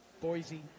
Boise